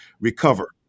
recover